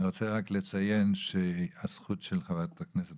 אני רוצה רק לציין שהזכות של חברת הכנסת